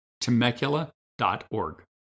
Temecula.org